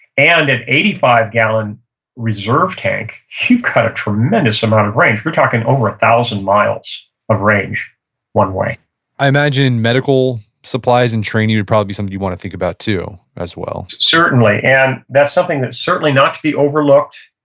and an eighty five gallon reserve tank, you've got a kind of tremendous amount of range. we're talking over a thousand miles of range one way i imagine medical supplies and training would probably be something you want to think about, too, as well certainly. and that's something that's certainly not to be overlooked.